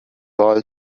all